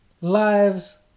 Lives